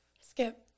Skip